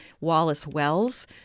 Wallace-Wells